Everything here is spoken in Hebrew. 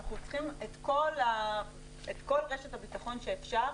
אנחנו צריכים את כל רשת הביטחון שאפשר,